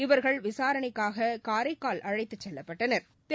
இவா்கள் விசாரணைக்காக காரைக்கால் அழைத்துச் செல்லப்பட்டனா்